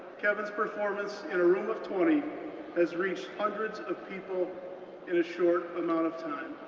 kevin's performance in a room of twenty has reached hundreds of people in a short amount of time.